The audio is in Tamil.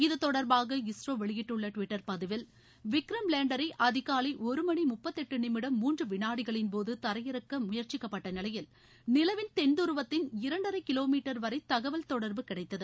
இது தொடர்பாக இஸ்ரோ வெளியிட்டுள்ள டுவிட்டர் பதிவில் விக்ரம் லேண்டரை அதிகாலை ஒரு மணி முப்பத்து எட்டு நிமிடம் மூன்று வினாடிகளின்போது தரையிறக்க முயற்சிக்கப்பட்ட நிலையில் நிலவின் தென்துருவத்தின் இரண்டரை கிலோ மீட்டர் வரை தகவல் தொடர்பு கிடைத்தது